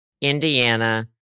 Indiana